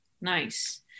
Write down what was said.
nice